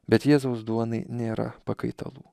bet jėzaus duonai nėra pakaitalų